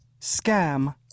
scam